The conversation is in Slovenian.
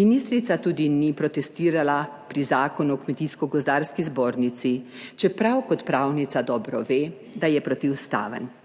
Ministrica tudi ni protestirala pri Zakonu o kmetijsko gozdarski zbornici, čeprav kot pravnica dobro ve, da je protiustaven.